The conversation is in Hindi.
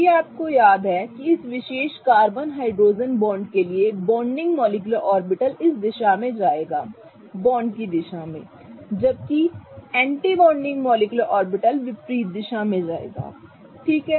यदि आपको याद है कि इस विशेष कार्बन हाइड्रोजन बॉन्ड के लिए बॉन्डिंग मॉलिक्युलर ऑर्बिटल इस दिशा में जाएगा बॉन्ड की दिशा में जबकि एंटी बॉन्डिंग मॉलिक्युलर ऑर्बिटल विपरीत दिशा में जाएगा ठीक है